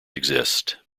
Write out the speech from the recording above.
exist